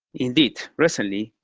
indeed, recently,